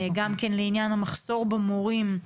גם כן לעניין המחסור במורים,